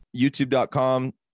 youtube.com